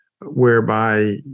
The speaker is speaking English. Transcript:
Whereby